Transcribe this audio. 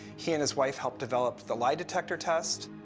he and his wife helped develop the lie detector test.